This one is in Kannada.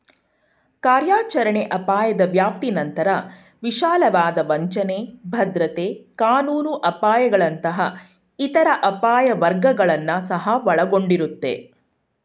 ಕಾರ್ಯಾಚರಣೆ ಅಪಾಯದ ವ್ಯಾಪ್ತಿನಂತ್ರ ವಿಶಾಲವಾದ ವಂಚನೆ, ಭದ್ರತೆ ಕಾನೂನು ಅಪಾಯಗಳಂತಹ ಇತರ ಅಪಾಯ ವರ್ಗಗಳನ್ನ ಸಹ ಒಳಗೊಂಡಿರುತ್ತೆ